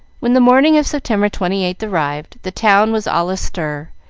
when the morning of september twenty eighth arrived, the town was all astir,